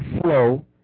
Flow